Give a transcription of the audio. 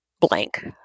blank